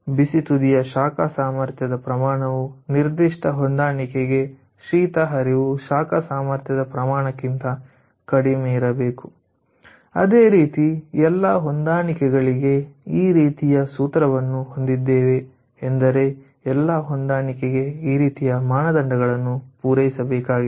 ಬಿಸಿ ತುದಿಯ ಶಾಖ ಸಾಮರ್ಥ್ಯದ ಪ್ರಮಾಣವು ನಿರ್ದಿಷ್ಟ ಹೊಂದಾಣಿಕೆಗೆ ಶೀತ ಹರಿವು ಶಾಖ ಸಾಮರ್ಥ್ಯದ ಪ್ರಮಾಣಕ್ಕಿಂತ ಕಡಿಮೆಯಿರಬೇಕು ಅದೇ ರೀತಿ ಎಲ್ಲಾ ಹೊಂದಾಣಿಕೆಗಳಿಗೆ ಈ ರೀತಿಯ ಸೂತ್ರವನ್ನು ಹೊಂದಿದ್ದೇವೆ ಎಂದರೆ ಎಲ್ಲಾ ಹೊಂದಾಣಿಕೆಗೆ ಈ ರೀತಿಯ ಮಾನದಂಡಗಳನ್ನು ಪೂರೈಸಬೇಕಾಗಿದೆ